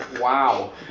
Wow